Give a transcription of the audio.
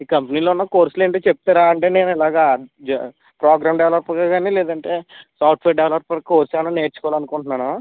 ఈ కంపెనీలో ఉన్న కోర్సులు ఏంటో చెప్తారా అంటే నేను ఇలాగా ప్రోగ్రాం డెవలపర్గా కానీ లేదంటే సాఫ్ట్వేర్ డెవలపర్ కోర్సు ఏమైనా నేర్చుకోవాలి అనుకుంటున్నాను